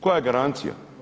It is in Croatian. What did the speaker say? Koja je garancija?